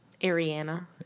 Ariana